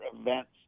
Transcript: events